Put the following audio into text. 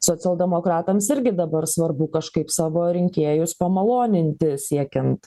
socialdemokratams irgi dabar svarbu kažkaip savo rinkėjus pamaloninti siekiant